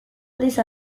aldiz